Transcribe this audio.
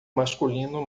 masculino